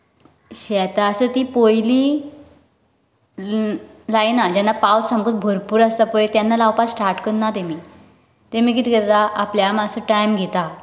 शेतां आसा ती पयली ली लायना जेन्ना पावस सामको भरपूर आसता पळय तेन्ना लावपाक स्टार्ट करना तेमी तेमी कितें करता आपल्या मातसो टायम घेता